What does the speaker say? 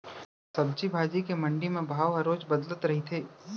सब्जी भाजी के मंडी म भाव ह रोज बदलत रहिथे